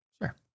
Sure